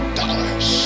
dollars